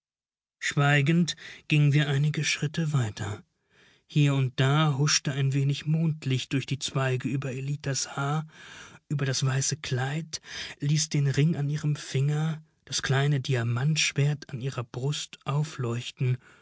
schweigend gingen wie einige schritte weiter hie und da huschte ein wenig mondlicht durch die zweige über ellitas haar über das weiße kleid ließ den ring an ihrem finger das kleine diamantschwert an ihrer brust aufleuchten